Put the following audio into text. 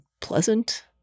pleasant